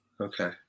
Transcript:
Okay